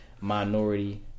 minority